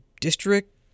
district